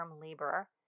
labor